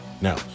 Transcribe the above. Now